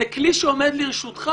זה כלי שעומד לרשותך